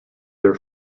their